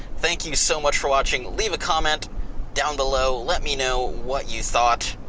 thank you so much for watching. leave a comment down below, let me know what you thought.